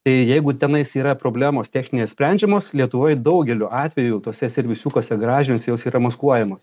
tai jeigu tenais yra problemos techninės sprendžiamos lietuvoj daugeliu atvejų tuose servisiukuose gražins jos yra maskuojamos